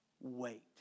Wait